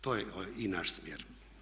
To je i naš smjer.